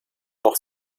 noch